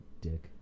Dick